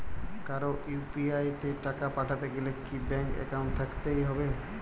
কারো ইউ.পি.আই তে টাকা পাঠাতে গেলে কি ব্যাংক একাউন্ট থাকতেই হবে?